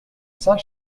saint